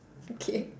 okay